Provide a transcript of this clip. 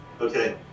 Okay